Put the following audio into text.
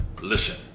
Listen